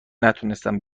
نتونستن